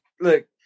Look